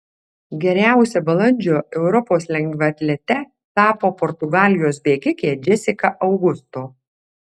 geriausia balandžio europos lengvaatlete tapo portugalijos bėgikė džesika augusto